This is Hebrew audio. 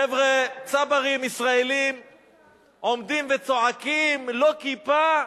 חבר'ה צברים ישראלים עומדים וצועקים: "לא כיפה,